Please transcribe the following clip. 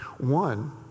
One